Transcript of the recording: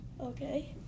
okay